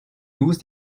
lose